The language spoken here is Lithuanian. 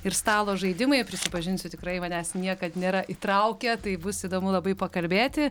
ir stalo žaidimai prisipažinsiu tikrai manęs niekad nėra įtraukę tai bus įdomu labai pakalbėti